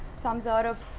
some sort of.